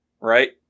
Right